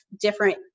different